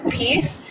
peace